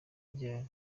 ryari